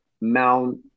Mount